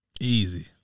Easy